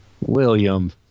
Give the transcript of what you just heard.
William